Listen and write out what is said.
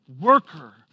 worker